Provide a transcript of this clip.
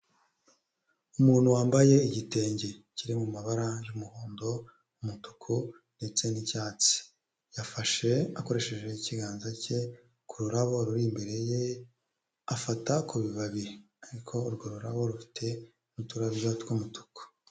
Umuntu wambaye igitenge kiri mu mabara y'umuhondo, umutuku ndetse n'icyatsi, afashe akoresheje ikiganza cye ku rurabo ruri imbere ye afata ku bibabi ariko urwo rurabo rufite n'uturabyo tw'umutuku.